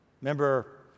Remember